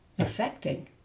Affecting